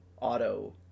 auto